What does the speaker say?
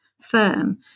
firm